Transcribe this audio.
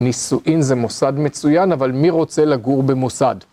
נישואין זה מוסד מצוין, אבל מי רוצה לגור במוסד?